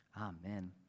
Amen